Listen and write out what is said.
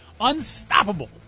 unstoppable